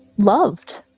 loved,